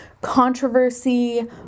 controversy